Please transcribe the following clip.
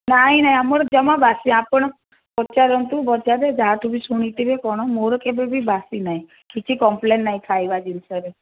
ନାହିଁ ନାହିଁ ଆମର ଜମା ବାସି ଆପଣ ପଚାରନ୍ତୁ ବଜାରରେ ଯାହାଠୁ ବି ଶୁଣିଥିବେ କ'ଣ ମୋର କେବେ ବି ବାସି ନାହିଁ କିଛି କମ୍ପ୍ଲେନ୍ ନାହିଁ ଖାଇବା ଜିନିଷରେ